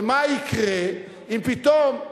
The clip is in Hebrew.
ומה יקרה אם פתאום,